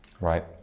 right